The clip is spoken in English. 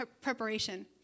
Preparation